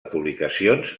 publicacions